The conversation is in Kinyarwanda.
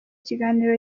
kiganiro